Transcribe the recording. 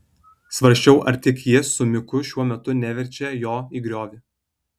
svarsčiau ar tik ji su miku šiuo metu neverčia jo į griovį